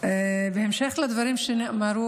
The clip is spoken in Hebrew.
בהמשך לדברים שנאמרו,